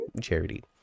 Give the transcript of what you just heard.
charity